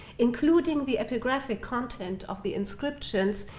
including the epigraphic content of the inscriptions,